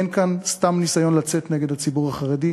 אין כאן סתם ניסיון לצאת נגד הציבור החרדי.